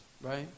Right